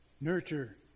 nurture